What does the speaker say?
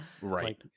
right